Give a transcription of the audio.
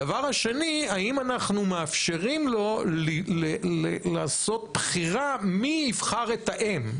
הדבר השני האם אנחנו מאפשרים לו לעשות בחירה מי יבחר את האם.